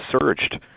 surged